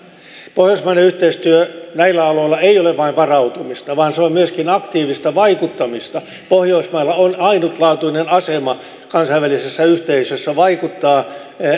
pohjoismainen yhteistyö näillä aloilla ei ole vain varautumista vaan se on myöskin aktiivista vaikuttamista pohjoismailla on ainutlaatuinen asema kansainvälisessä yhteisössä vaikuttaa